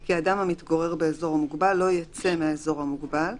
כי אדם המתגורר באזור מוגבל לא יצא מהאזור המוגבל,